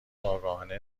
آگاهانه